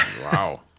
Wow